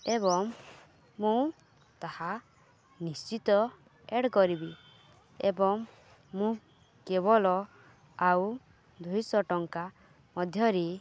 ଏବଂ ମୁଁ ତାହା ନିଶ୍ଚିତ ଏଡ଼୍ କରିବି ଏବଂ ମୁଁ କେବଳ ଆଉ ଦୁଇଶହ ଟଙ୍କା ମଧ୍ୟରେ